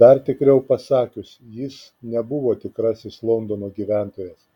dar tikriau pasakius jis nebuvo tikrasis londono gyventojas